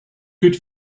good